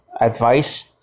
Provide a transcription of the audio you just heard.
advice